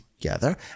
together